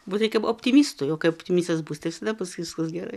būt reikia optimistu o kaip optimistas būsi tai visada bus viskas gerai